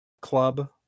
Club